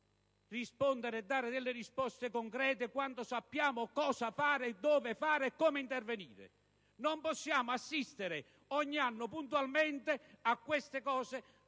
rispondere, dare delle risposte concrete, quando sappiamo cosa fare, dove fare e come intervenire? Non possiamo assistere puntualmente ogni anno a queste cose.